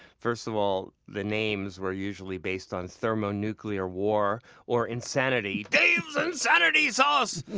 first of all, the names were usually based on thermonuclear war or insanity dave's insanity sauce!